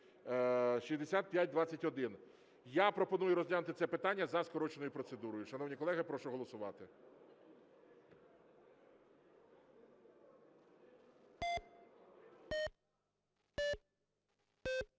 Я пропоную розглянути це питання за скороченою процедурою. Шановні колеги, прошу голосувати.